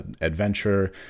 adventure